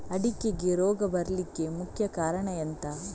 ಅಡಿಕೆಗೆ ರೋಗ ಬರ್ಲಿಕ್ಕೆ ಮುಖ್ಯ ಕಾರಣ ಎಂಥ?